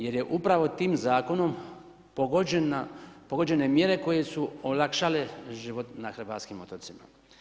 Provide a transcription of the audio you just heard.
Jer je upravo tim zakonom, pogođene mjere koje su olakšale život na hrvatskim otocima.